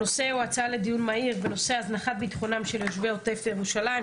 הנושא הוא הצעה לדיון מהיר בנושא הזנחת ביטחונם של יישובי עוטף ירושלים,